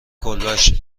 کلبش